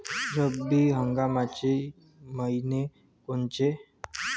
रब्बी हंगामाचे मइने कोनचे?